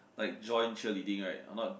like join cheerleading right or not